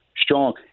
strong